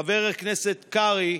חבר כנסת קרעי,